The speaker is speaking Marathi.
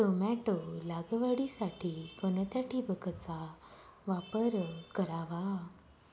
टोमॅटो लागवडीसाठी कोणत्या ठिबकचा वापर करावा?